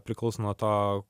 priklauso nuo to